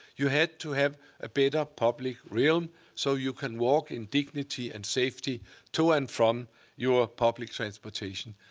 you have to have a better public realm so you can walk in dignity and safety to and from your public transportation.